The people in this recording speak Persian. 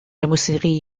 موسیقی